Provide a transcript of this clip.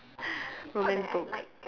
romance books